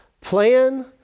plan